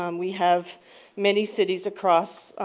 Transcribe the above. um we have many cities across